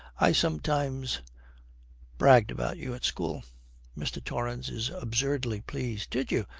i sometimes bragged about you at school mr. torrance is absurdly pleased. did you?